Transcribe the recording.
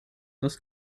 dos